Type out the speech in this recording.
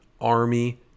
Army